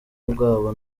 bwabo